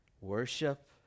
worship